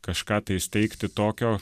kažką tai įsteigti tokio